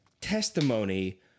testimony